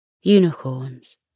Unicorns